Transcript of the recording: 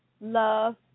love